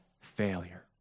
failure